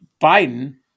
Biden